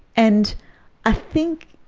and i think,